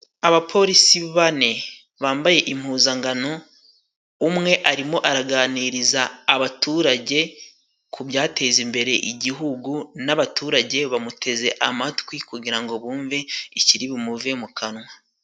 Abapolisi bane bambaye impuzangano umwe arimo araganiriza abaturage ku byateza imbere igihugu, n'abaturage bamuteze amatwi kugira ngo bumve ikiribumuve mu kanwa.